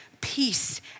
peace